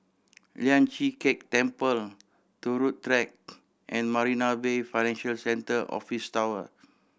Lian Chee Kek Temple Turut Track and Marina Bay Financial Centre Office Tower